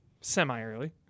Semi-early